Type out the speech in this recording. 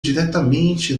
diretamente